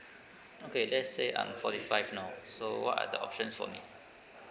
okay let's I'm forty five now so what are the options for me